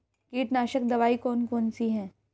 कीटनाशक दवाई कौन कौन सी हैं?